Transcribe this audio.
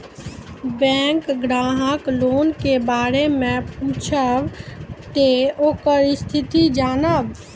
Bank ग्राहक loan के बारे मैं पुछेब ते ओकर स्थिति जॉनब?